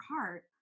heart